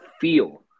feel